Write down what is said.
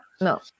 no